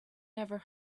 never